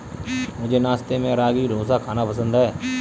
मुझे नाश्ते में रागी डोसा खाना पसंद है